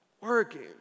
working